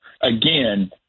Again